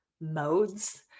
modes